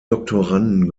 doktoranden